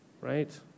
right